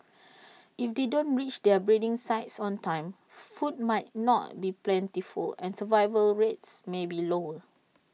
if they don't reach their breeding sites on time food might not be plentiful and survival rates may be lower